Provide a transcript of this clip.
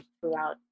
throughout